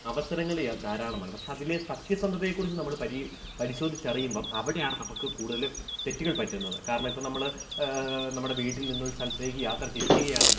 അവസരങ്ങള് യ ധാരാളമാണ് പക്ഷേ അതിലെ സത്യസന്ധതയെക്കുറിച്ച് നമ്മള് പരീ പരിശോധിച്ചറിയുമ്പോള് അവിടെയാണ് നമ്മള്ക്കു കൂടുതല് തെറ്റുകൾ പറ്റുന്നത് കാരണം ഇപ്പോള് നമ്മള് നമ്മുടെ വീട്ടിൽ നിന്ന് ഒരു സ്ഥലത്തേക്കു യാത്ര തിരിക്കുകയാണെങ്കില്